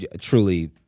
truly